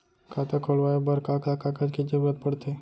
खाता खोलवाये बर का का कागज के जरूरत पड़थे?